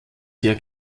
sehr